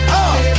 up